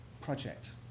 project